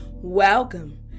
Welcome